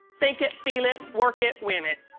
think it, feel it, work it, win it.